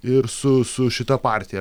ir su su šita partija